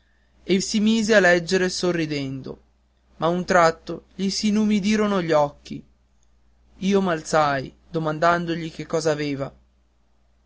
e si mise a leggere sorridendo ma a un tratto gli si inumidirono gli occhi io m'alzai domandandogli che cos'aveva